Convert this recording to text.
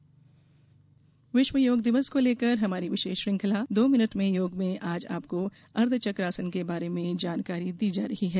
योग दिवस विश्व योग दिवस को लेकर हमारी विशेष श्रंखला दो मिनट में योग में आज आपको अर्धचकास के बारे में जानकारी दी जा रही है